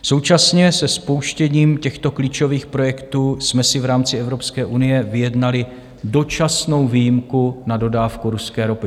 Současně se spouštěním těchto klíčových projektů jsme si v rámci Evropské unie vyjednali dočasnou výjimku na dodávku ruské ropy.